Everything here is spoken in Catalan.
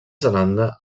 zelanda